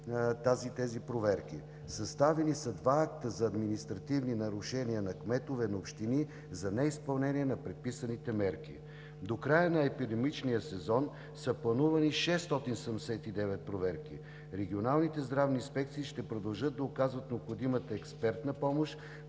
тези проверки. Съставени са два акта за административни нарушения на кметове на общини за неизпълнение на предписаните мерки. До края на епидемичния сезон са планувани 679 проверки. Регионалните здравни инспекции ще продължат да оказват необходимата експертна помощ